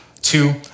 Two